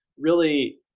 really,